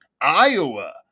Iowa